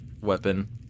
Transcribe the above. weapon